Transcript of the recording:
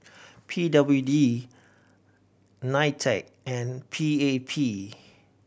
P W D NITEC and P A P